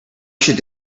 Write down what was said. should